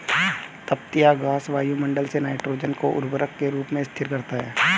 तिपतिया घास वायुमंडल से नाइट्रोजन को उर्वरक के रूप में स्थिर करता है